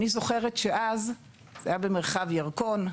אני זוכרת שאז, זה היה במרחב ירקון,